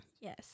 yes